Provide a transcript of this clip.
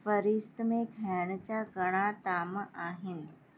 फ़हिरसत में खाइण जा घणा ताम आहिनि